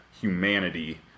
humanity